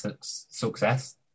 success